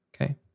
okay